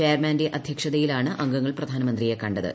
ചെയർമാന്റെ അദ്ധ്യക്ഷതയിലാണ് അംഗങ്ങൾ പ്രധാനമന്ത്രിയെ കണ്ടത്